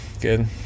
Good